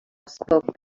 spoke